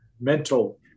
mental